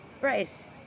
Bryce